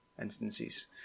instances